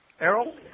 Errol